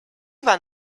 van